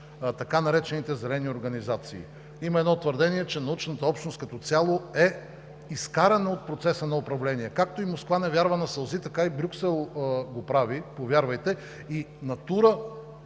така наречените зелени организации. Има едно твърдение, че научната общност като цяло е изкарана от процеса на управление. Както и „Москва не вярва на сълзи“, така и Брюксел го прави, повярвайте. И темите